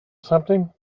something